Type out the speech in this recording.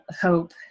hope